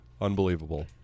Unbelievable